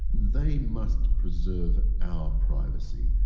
they must preserve our privacy.